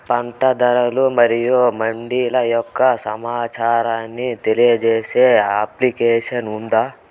పంట ధరలు మరియు మండీల యొక్క సమాచారాన్ని తెలియజేసే అప్లికేషన్ ఉందా?